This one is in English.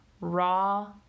raw